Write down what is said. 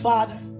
Father